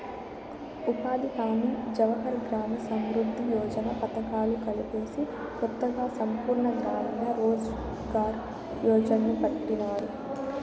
ఉపాధి హామీ జవహర్ గ్రామ సమృద్ది యోజన పథకాలు కలిపేసి కొత్తగా సంపూర్ణ గ్రామీణ రోజ్ ఘార్ యోజన్ని పెట్టినారు